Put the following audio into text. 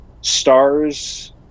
stars